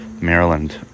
Maryland